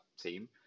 team